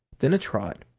then a trot,